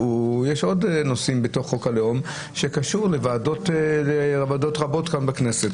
יש עוד נושאים בתוך חוק הלאום שקשורים לוועדות רבות כאן בכנסת,